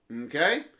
Okay